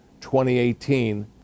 2018